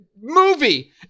movie